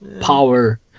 power